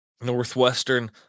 Northwestern